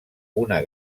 una